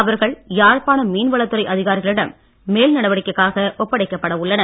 அவர்கள் யாழ்ப்பாணம் மீன்வளத்துறை அதிகாரிகளிடம் மேல் நடவடிக்கைக்காக ஒப்படைக்கப்பட உள்ளனர்